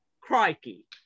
Crikey